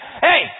hey